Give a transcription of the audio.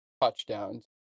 touchdowns